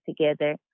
together